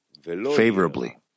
favorably